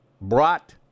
brought